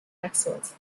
axils